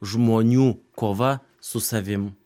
žmonių kova su savim